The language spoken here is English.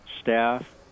staff